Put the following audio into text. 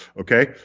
Okay